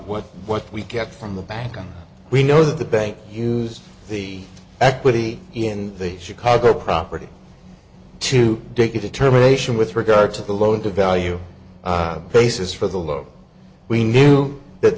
what what we get from the bank and we know that the bank used the equity in the chicago property to take a determination with regard to the loan to value basis for the low we knew that